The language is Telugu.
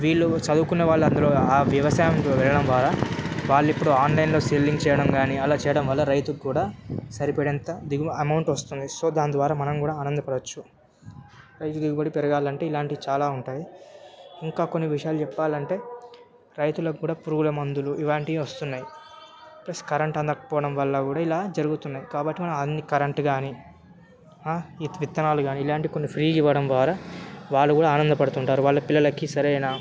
వీళ్ళు చదువుకున్న వాళ్ళు అందరూ ఆ వ్యవసాయంలో వెళ్ళడం ద్వారా వాళ్ళు ఇప్పుడు ఆన్లైన్లో సెల్లింగ్ చేయడం కాని అలా చేయడం వల్ల రైతుకు కూడా సరిపడేంత దిగు అమౌంట్ వస్తుంది సో దాని ద్వారా మనం కూడా ఆనందపడవచ్చు రైతు దిగుబడి పెరగాలంటే ఇలాంటివి చాలా ఉంటాయి ఇంకా కొన్ని విషయాలు చెప్పాలంటే రైతులకు కూడా పురుగుల మందులు ఇలాంటివి వస్తున్నాయి ప్లస్ కరెంట్ అందకపోవడం వల్ల కూడా ఇలా జరుగుతున్నాయి కాబట్టి మనం అన్ని కరెంట్ కాని విత్తనాలు కాని ఇలాంటివి కొన్ని ఫ్రీ ఇవ్వడం ద్వారా వాళ్ళు కూడా ఆనంద పడుతుంటారు వాళ్ళ పిల్లలకి సరియైన